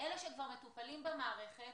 אלה שכבר מטופלים במערכת,